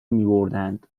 میبردند